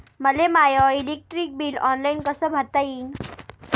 मले my electric bill online कस भरता येईन?